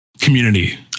community